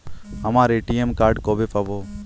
আমার ATM card কবে পাব?